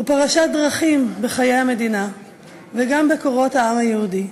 הוא פרשת דרכים בחיי המדינה וגם בקורות העם היהודי.